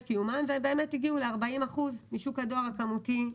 קיומם ובאמת הגיעו ל-40 אחוזים משוק הדואר הכמותי,